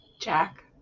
Jack